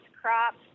crops